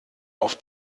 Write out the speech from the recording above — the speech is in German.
auf